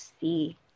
see